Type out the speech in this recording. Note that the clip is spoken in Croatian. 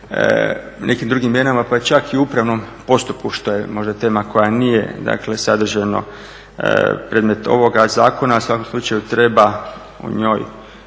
nekim drugim … pa čak i u upravnom postupku što je možda tema koja nije dakle sadržajno predmet ovoga zakona. U svakom slučaju treba o njoj